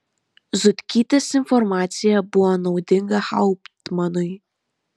zutkytės informacija buvo naudinga hauptmanui